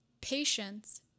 patience